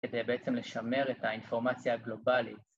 ‫כדי בעצם לשמר את ‫האינפורמציה הגלובלית.